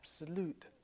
absolute